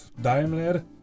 Daimler